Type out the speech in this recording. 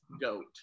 goat